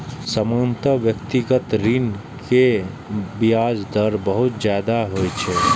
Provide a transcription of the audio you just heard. सामान्यतः व्यक्तिगत ऋण केर ब्याज दर बहुत ज्यादा होइ छै